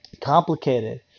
complicated